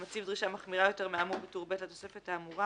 המציב דרישה מחמירה יותר מהאמור בטור ב' לתוספת האמורה,